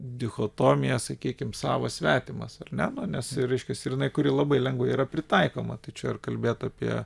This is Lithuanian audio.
dichotomiją sakykim savas svetimas ar ne nu nes ir reiškias ir jinai kuri labai lengvai yra pritaikoma tai čia ir kalbėt apie